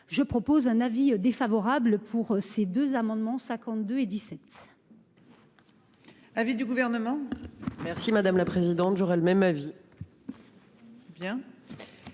je propose un avis défavorable pour ces deux amendements. 52 et 17.